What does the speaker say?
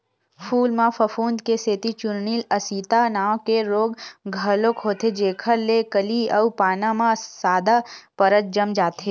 फूल म फफूंद के सेती चूर्निल आसिता नांव के रोग घलोक होथे जेखर ले कली अउ पाना म सादा परत जम जाथे